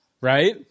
Right